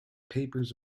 papers